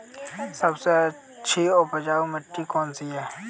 सबसे अच्छी उपजाऊ मिट्टी कौन सी है?